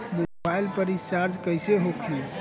Mobile पर recharge कैसे होखी?